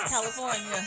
California